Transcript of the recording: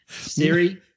Siri